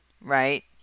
right